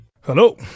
Hello